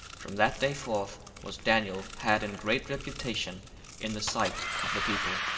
from that day forth was daniel had in great reputation in the sight of the people.